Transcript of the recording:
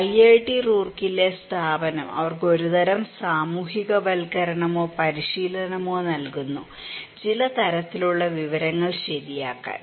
IIT റൂർക്കിയിലെ സ്ഥാപനം അവർക്ക് ഒരുതരം സാമൂഹികവൽക്കരണമോ പരിശീലനമോ നൽകുന്നു ചില തരത്തിലുള്ള വിവരങ്ങൾ ശരിയാക്കാൻ